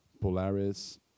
Polaris